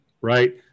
right